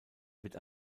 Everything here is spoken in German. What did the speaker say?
wird